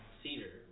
cedar